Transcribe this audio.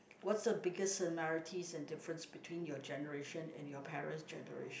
what's the biggest similarities and difference between your generation and your parents' generation